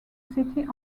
city